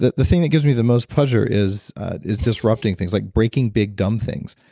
the the thing that gives me the most pleasure is is disrupting things, like breaking big dumb things.